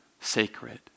sacred